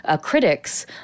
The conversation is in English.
critics